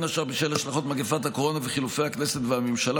ובין השאר בשל השלכות מגפת הקורונה וחילופי הכנסת והממשלה,